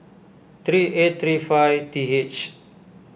three eight three five th